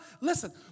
Listen